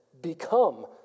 become